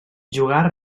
jugà